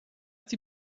die